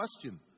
question